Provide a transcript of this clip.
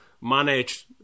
manage